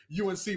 UNC